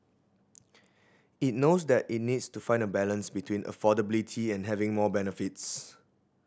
it knows that it needs to find a balance between affordability and having more benefits